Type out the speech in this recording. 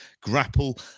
Grapple